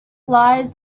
lies